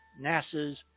NASA's